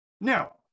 Now